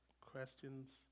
questions